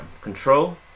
control